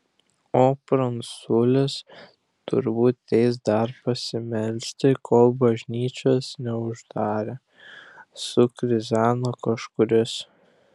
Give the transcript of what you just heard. o pranculis turbūt eis dar pasimelsti kol bažnyčios neuždarė sukrizeno kažkuris